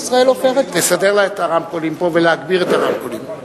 תסדר לה את הרמקולים פה ולהגביר את הרמקולים.